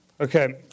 Okay